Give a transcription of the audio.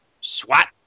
swat